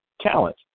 talent